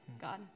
God